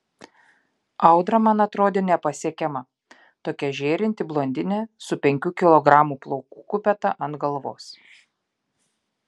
audra man atrodė nepasiekiama tokia žėrinti blondinė su penkių kilogramų plaukų kupeta ant galvos